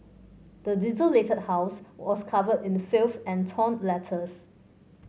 the desolated house was covered in the filth and torn letters